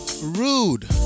rude